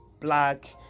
black